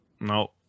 No